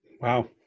Wow